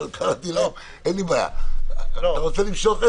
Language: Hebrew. אתה רוצה למשוך,